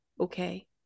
okay